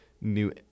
new